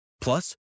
Plus